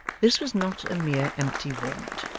this was not a mere empty vaunt,